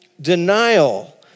denial